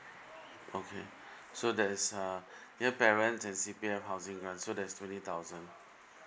okay so that is uh near parents and C_P_F housing grant so there's twenty thousand